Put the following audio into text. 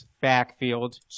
backfield